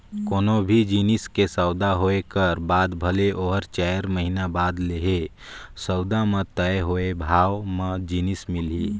कोनो भी जिनिस के सउदा होए कर बाद भले ओहर चाएर महिना बाद लेहे, सउदा म तय होए भावे म जिनिस मिलही